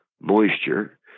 moisture